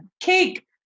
Cake